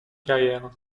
carrière